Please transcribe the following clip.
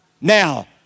Now